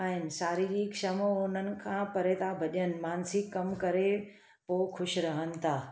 ऐं शारिरीक क्षमो हुननि खां परे था भॼनि मानसिक कम करे पोइ ख़ुशि रहनि था